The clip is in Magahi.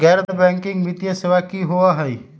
गैर बैकिंग वित्तीय सेवा की होअ हई?